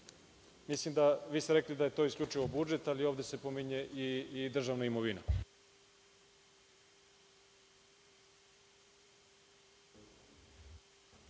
stava 2. Vi ste rekli da je to isključivo budžet, ali ovde se pominje i državna imovina.